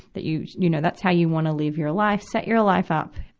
that you, you know, that's how you wanna live your life, set your life up,